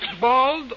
bald